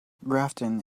grafton